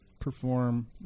perform